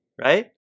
Right